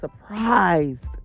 surprised